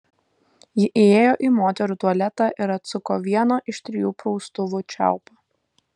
ji įėjo į moterų tualetą ir atsuko vieno iš trijų praustuvų čiaupą